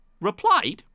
replied